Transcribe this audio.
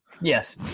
yes